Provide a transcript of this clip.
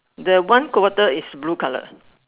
the one quarter is blue colour